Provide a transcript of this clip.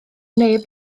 neb